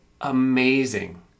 amazing